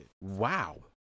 Wow